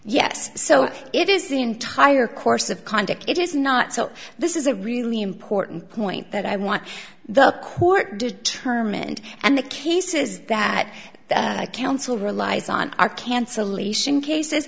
yes so it is the entire course of conduct it is not so this is a really important point that i want the court determined and the cases that i counsel relies on are cancellation cases